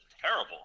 terrible